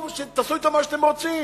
תעשו אתו מה שאתם רוצים,